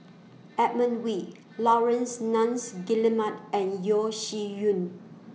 Edmund Wee Laurence Nunns Guillemard and Yeo Shih Yun